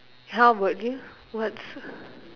how about you what's